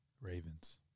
Ravens